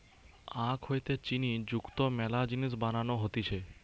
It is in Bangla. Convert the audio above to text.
আখ হইতে চিনি যুক্ত মেলা জিনিস বানানো হতিছে